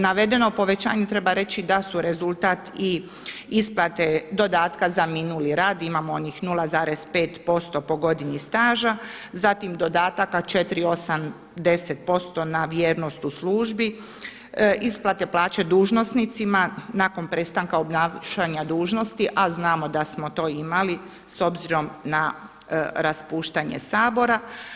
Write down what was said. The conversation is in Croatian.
Navedeno povećanje treba reći da su rezultat i isplate dodatka za minuli rad, imamo onih 0,5% po godini staža, zatim dodataka 4, 8, 10% na vjernost u službi, isplate plaće dužnosnicima nakon prestanka obnašanja dužnosti, a znamo da smo to imali s obzirom na raspuštanje Sabora.